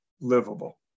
livable